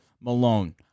Malone